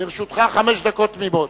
לרשותך חמש דקות תמימות.